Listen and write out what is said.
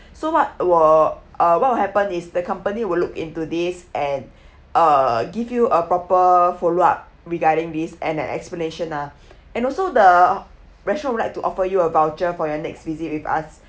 so what were uh what were happen is the company will look into this and uh give you a proper follow up regarding this and an explanation uh and also the restaurant would like to offer you a voucher for your next visit with us